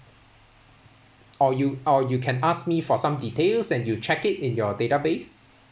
or you or you can ask me for some details and you check it in your database